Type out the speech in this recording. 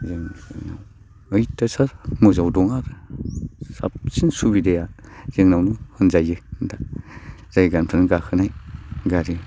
जों अयथासार मोजांआव दंआरो साबसिन सुबिदाया जोंनावनो दं होनजायो जायगानिफ्रायनो गाखोनाय गारि